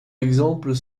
exemples